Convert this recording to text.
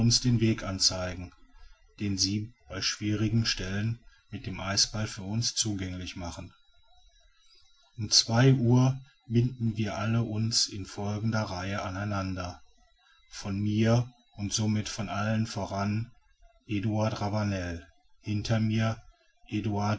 den weg anzeigen den sie bei schwierigen stellen mit dem eisbeil für uns zugänglich machen um zwei uhr binden wir alle uns in folgender reihe an einander vor mir und somit allen voran eduard ravanel hinter mir